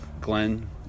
Glenn